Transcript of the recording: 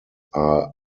are